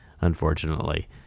unfortunately